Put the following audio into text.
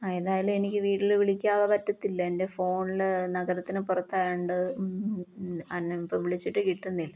ആ ഏതായാലും എനിക്ക് വീട്ടിൽ വിളിക്കാതെ പറ്റത്തില്ല എൻ്റെ ഫോണിൽ നഗരത്തിന് പുറത്തായതുകൊണ്ട് ആരെയും ഇപ്പം വിളിച്ചിട്ട് കിട്ടുന്നില്ല